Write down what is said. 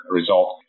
result